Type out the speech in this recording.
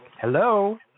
hello